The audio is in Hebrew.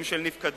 הם של נפקדים,